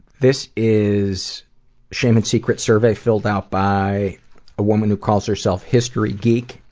this is shame and secrets survey filled out by a woman who calls herself history geek.